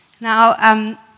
Now